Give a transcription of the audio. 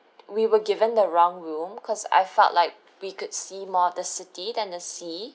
we were given the wrong room cause I felt like we could see more of city than the sea